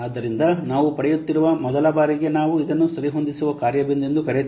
ಆದ್ದರಿಂದ ನಾವು ಪಡೆಯುತ್ತಿರುವ ಮೊದಲ ಬಾರಿಗೆ ನಾವು ಇದನ್ನು ಸರಿಹೊಂದಿಸದ ಕಾರ್ಯ ಬಿಂದು ಎಂದು ಕರೆಯುತ್ತೇವೆ